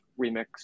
Remix